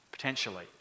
potentially